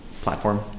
platform